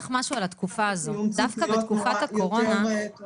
אתם צריכים להיות קצת יותר.